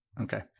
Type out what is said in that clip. Okay